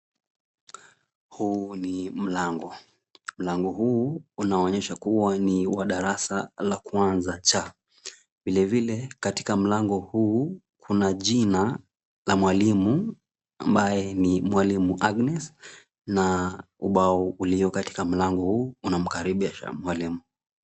Huu ni mlango. Mlango huu unaonyesha kuwa ni wa darasa la kwanza C. Vilevile katika mlango huu kuna jina la mwalimu ambaye ni mwalimu Agnes na ubao ulio katika mlango huu unamkaribisha mwalimu.